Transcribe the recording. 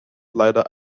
leider